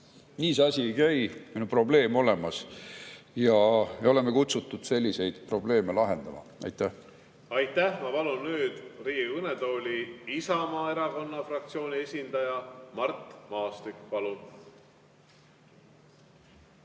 Nii see asi ei käi. Meil on probleem olemas ja me oleme kutsutud selliseid probleeme lahendama. Aitäh! Aitäh! Ma palun nüüd Riigikogu kõnetooli Isamaa Erakonna fraktsiooni esindaja Mart Maastiku.